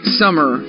summer